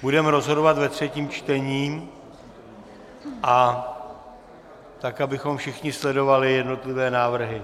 Budeme rozhodovat ve třetím čtení, abychom všichni sledovali jednotlivé návrhy.